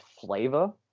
flavor